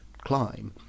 climb